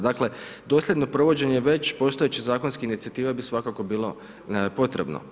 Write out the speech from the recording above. Dakle, doseljeno provođenje već postojeće zakonske inicijative bi svakako bilo potrebno.